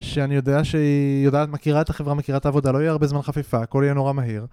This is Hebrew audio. שאני יודע שהיא יודעת מכירה את החברה, מכירה את העבודה, לא יהיה הרבה זמן חפיפה, הכל יהיה נורא מהיר.